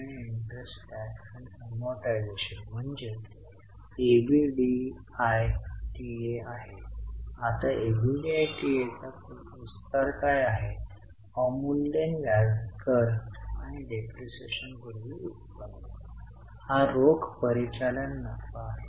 तर ही शेवटची वस्तू होती जी आपल्याला ऑपरेटिंग क्रियाकलापांमधून निव्वळ कॅश फ्लो देते जी 28300 सकारात्मक आहे याचा अर्थ असा आहे की आमच्या सामान्य व्यवसाय क्रियाकलापांमधून आपल्याला ती कितीतरी अधिक रक्कम मिळाली आहे